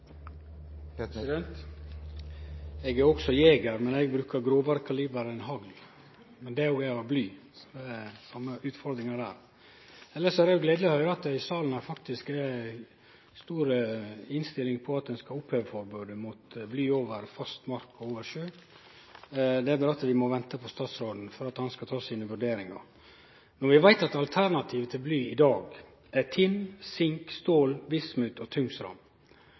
replikkordskifte. Eg er også jeger, men eg brukar grovare kaliber enn hagl, men det òg er av bly, så det er same utfordringa der. Elles er det gledeleg å høyre at det her i salen er mange som er innstilte på at ein skal oppheve forbodet mot bly på fast mark og over sjø. Det er berre det at vi må vente på at statsråden skal ta sine vurderingar. Alternativa til bly i dag er tinn, sink, stål, vismut og